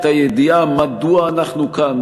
את הידיעה מדוע אנחנו כאן,